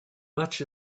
much